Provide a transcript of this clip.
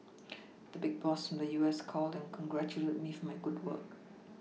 the big boss from the U S called and congratulated me for my good work